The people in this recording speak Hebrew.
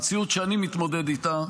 המציאות שאני מתמודד איתה,